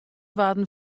waarden